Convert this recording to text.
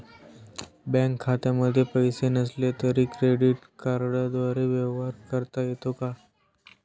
Bank खात्यामध्ये पैसे नसले तरी क्रेडिट कार्डद्वारे व्यवहार करता येतो का?